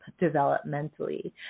developmentally